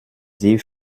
sie